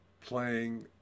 playing